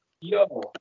Yo